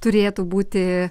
turėtų būti